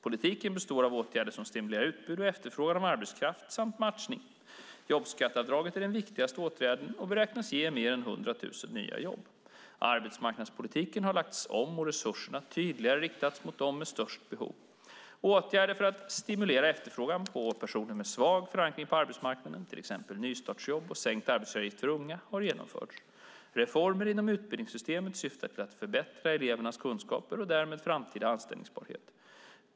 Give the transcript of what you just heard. Politiken består av åtgärder som stimulerar utbud och efterfrågan av arbetskraft samt matchning. Jobbskatteavdraget är den viktigaste åtgärden och beräknas ge mer än 100 000 nya jobb. Arbetsmarknadspolitiken har lagts om och resurserna tydligare riktats mot dem med störst behov. Åtgärder för att stimulera efterfrågan på personer med svag förankring på arbetsmarknaden, till exempel nystartsjobb och sänkta arbetsgivaravgifter för unga, har genomförts. Reformer inom utbildningssystemet syftar till att förbättra elevernas kunskaper och därmed framtida anställbarhet.